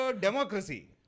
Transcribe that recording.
democracy